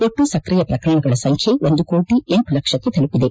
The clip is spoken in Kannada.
ಒಟ್ಟು ಸಕ್ರಿಯ ಪ್ರಕರಣಗಳ ಸಂಖ್ಡೆ ಒಂದು ಕೋಟಿ ಎಂಟು ಲಕ್ಷಕ್ಕೆ ತಲುಪಿದೆ